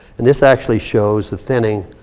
and this actually shows the thinning,